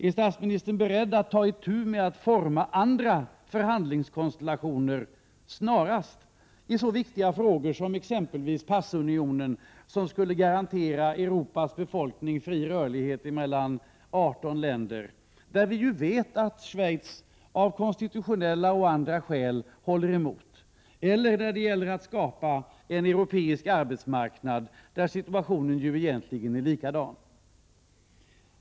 Är statsministern beredd att ta itu med att snarast forma andra förhandlingskonstellationer i så viktiga frågor som exempelvis passunionen, som skulle garantera Europas befolkning fri rörlighet mellan 18 länder, där vi ju vet att Schweiz av konstitutionella eller andra skäl håller emot, eller när det gäller att skapa en arbetsmarknad, där situationen ju egentligen är likadan?